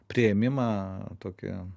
priėmimą tokio